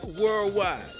worldwide